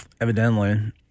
Evidently